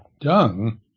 dung